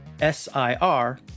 S-I-R